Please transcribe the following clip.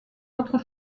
autres